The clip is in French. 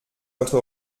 notre